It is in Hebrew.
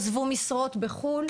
עזבו משרות בחו"ל,